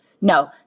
no